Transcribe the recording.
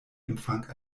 empfang